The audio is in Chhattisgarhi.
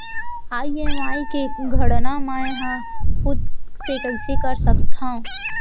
ई.एम.आई के गड़ना मैं हा खुद से कइसे कर सकत हव?